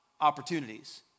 opportunities